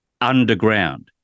underground